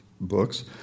books